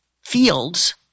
fields